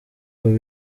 ngo